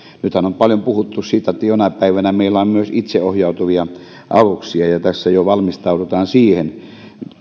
nythän on paljon puhuttu siitä että jonain päivänä meillä on myös itseohjautuvia aluksia ja tässä jo valmistaudutaan siihen